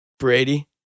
Brady